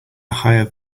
higher